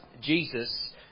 Jesus